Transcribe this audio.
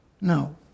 No